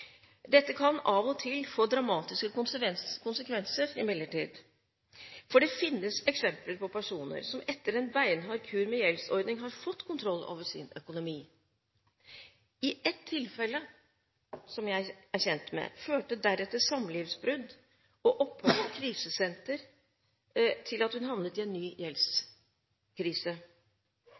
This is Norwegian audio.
finnes eksempler på personer som etter en beinhard kur med gjeldsordning har fått kontroll over sin økonomi. I ett tilfelle, som jeg er kjent med, førte samlivsbrudd og opphold på krisesenter til at en kvinne som hadde hatt gjeldsordning, havnet i en ny gjeldskrise.